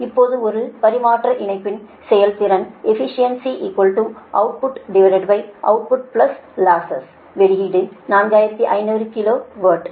இப்போது ஒரு பரிமாற்ற இணைப்பின் செயல்திறன் Efficiencyoutputoutputlosses வெளியீடு 4500 கிலோ வாட்